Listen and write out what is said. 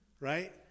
right